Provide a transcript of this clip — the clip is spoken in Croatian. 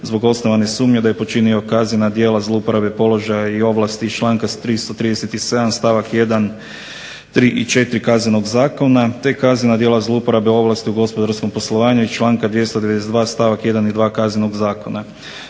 zbog osnovane sumnje da je počinio kaznena djela zlouporabe položaja i ovlasti iz članka …/Govornik se ne razumije./… stavak 1., 3. i 4. Kaznenog zakona, te kaznena djela zlouporabe ovlasti u gospodarskom poslovanju iz članka 292. stavak 1. i 2. Kaznenog zakona.